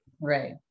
Right